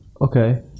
Okay